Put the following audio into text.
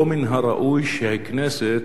לא מן הראוי שהכנסת